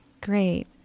Great